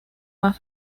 más